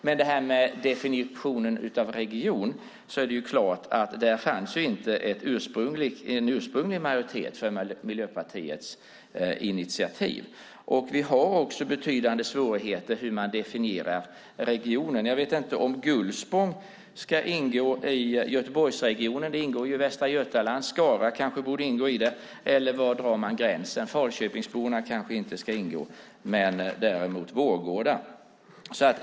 Men i fråga om definitionen av region framgår att det inte fanns en ursprunglig majoritet för Miljöpartiets initiativ. Det finns betydande svårigheter i definitionen av en region. Jag vet inte om Gullspång ska ingå i Göteborgsregionen. Den ingår i Västra Götaland. Skara kanske borde ingå. Var drar man gränsen? Falköping kanske inte ska ingå men däremot Vårgårda.